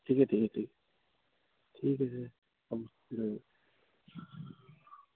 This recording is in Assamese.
ঠিকে ঠিকে ঠিকে ঠিক আছে হ'ব কৰিব লাগিব